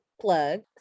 Plug